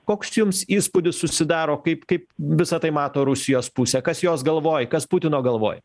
koks čia jums įspūdis susidaro kaip kaip visa tai mato rusijos pusė kas jos galvoj kas putino galvoj